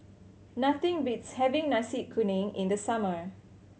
nothing beats having Nasi Kuning in the summer